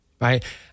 Right